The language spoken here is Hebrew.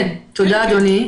תודה אדוני.